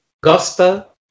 gospel